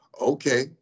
Okay